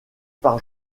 par